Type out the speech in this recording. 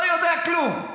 לא יודע כלום,